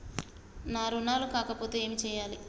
నా రుణాలు కాకపోతే ఏమి చేయాలి?